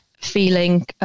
feeling